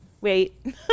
wait